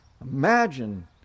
Imagine